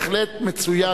בהחלט מצוין,